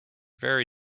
very